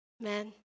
Amen